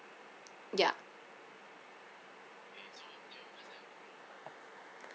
ya